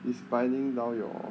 is binding down your